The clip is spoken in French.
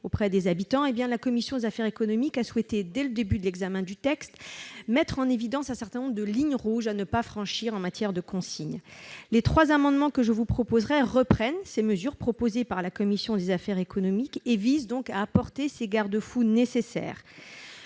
auprès des habitants, la commission des affaires économiques a souhaité, dès le début de l'examen du texte, mettre en évidence un certain nombre de lignes rouges à ne pas franchir en matière de consigne. Les trois amendements que je vous proposerai tendent à reprendre ces mesures proposées par la commission des affaires économiques et visent donc à instaurer ces garde-fous nécessaires.